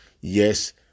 yes